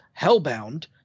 Hellbound